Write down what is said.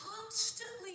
constantly